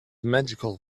magical